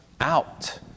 out